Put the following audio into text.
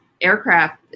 aircraft